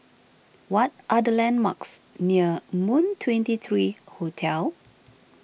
what are the landmarks near Moon twenty three Hotel